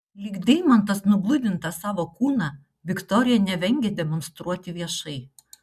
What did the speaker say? lyg deimantas nugludintą savo kūną viktorija nevengia demonstruoti viešai